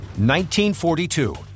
1942